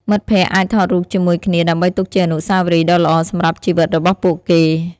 មិត្តភក្តិអាចថតរូបជាមួយគ្នាដើម្បីទុកជាអនុស្សាវរីយ៍ដ៏ល្អសម្រាប់ជីវិតរបស់ពួកគេ។